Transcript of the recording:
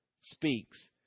speaks